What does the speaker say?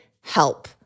help